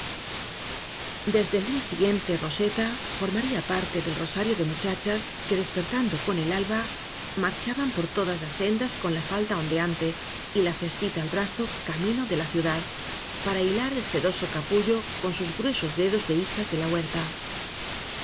desde el día siguiente roseta formaría parte del rosario de muchachas que desper tando con el alba marchaban por todas las sendas con la falda ondeante y la cestita al brazo camino de la ciudad para hilar el sedoso capullo con sus gruesos dedos de hijas de la huerta